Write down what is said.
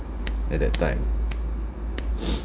at that time